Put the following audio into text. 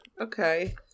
Okay